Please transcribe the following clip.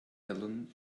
helen